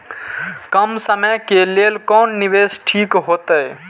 कम समय के लेल कोन निवेश ठीक होते?